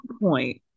point